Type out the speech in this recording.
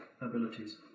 abilities